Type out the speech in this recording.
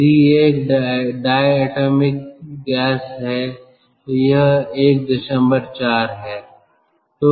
यदि यह एक डायटोमिक गैस है तो यह 14 है